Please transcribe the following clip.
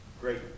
Great